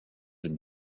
une